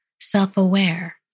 self-aware